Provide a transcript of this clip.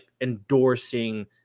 endorsing